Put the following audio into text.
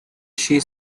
she